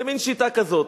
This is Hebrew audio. זה מין שיטה כזאת,